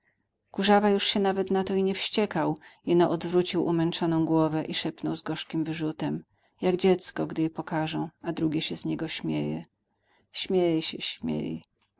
kurzawa już się nawet na to i nie wściekał jeno odwrócił umęczoną głowę i szepnął z gorzkim wyrzutem jak dziecko gdy je pokarzą a drugie się z niego śmieje śmiej się śmiej